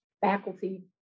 faculty